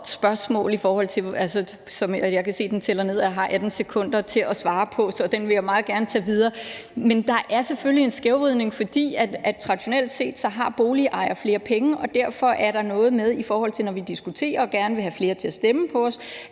spørgsmål i forhold til det, og jeg kan se, at uret tæller ned, og jeg har 18 sekunder til at svare på det, så den vil jeg meget gerne tage videre. Men der er selvfølgelig en skævvridning, for traditionelt set har boligejere flere penge, og derfor er der noget med, når vi diskuterer og gerne vil have flere til at stemme på os,